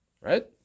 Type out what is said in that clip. right